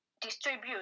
distribute